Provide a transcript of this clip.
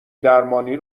درمانی